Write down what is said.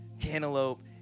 cantaloupe